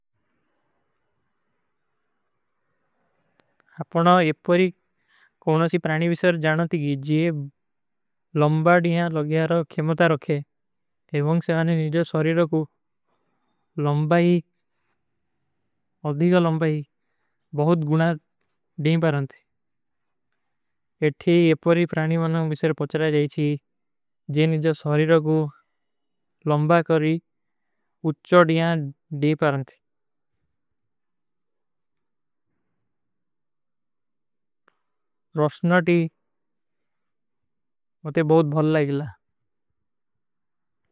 ଆପନା ଏପଵରୀ କୋନୋସୀ ପ୍ରାଣୀ ଵିଶର ଜାନତୀ ଜିଯେ ଲଂବା ଡିଯାଂ ଲଗ୍ଯାର ଖେମତା ରଖେ ଏଵଂଗ ସେ ଆନେ ନିଜଵ ସରୀର କୋ ଲଂବା ହୀ, ଅଧିଗା ଲଂବା ହୀ, ବହୁତ ଗୁଣା ଡେଂ ପରନତୀ। ଏପଵରୀ ପ୍ରାଣୀ ଵିଶର ପଚରା ଜାଯୀ ଚୀ, ଜିଯେ ନିଜଵ ସରୀର କୋ ଲଂବା କରୀ, ଉଚ୍ଛଡ ଯହାଂ ଡେପ ଆରାନ ଥୀ। ରୋଷନା ତୀ, ଵୋ ତେ ବହୁତ ଭଲ ଲାଈଗିଲା।